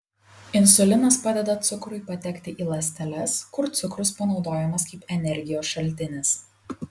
insulinas padeda cukrui patekti į ląsteles kur cukrus panaudojamas kaip energijos šaltinis